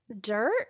dirt